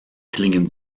klingen